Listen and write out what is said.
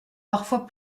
parfois